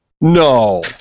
No